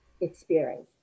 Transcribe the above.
experience